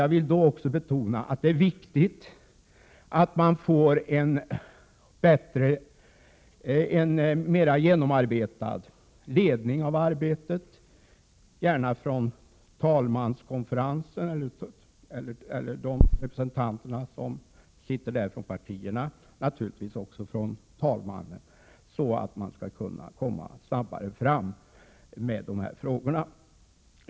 Jag vill då också betona att det är viktigt att få en mer genomarbetad ledning av arbetet, gärna från talmanskonferensen eller från de representanter för partierna som sitter där och naturligtvis från talmannen, så att man kan komma snabbare fram med dessa frågor.